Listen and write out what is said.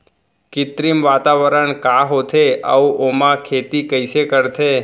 कृत्रिम वातावरण का होथे, अऊ ओमा खेती कइसे करथे?